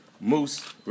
Moose